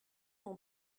mon